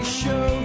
show